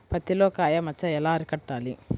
పత్తిలో కాయ మచ్చ ఎలా అరికట్టాలి?